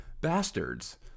bastards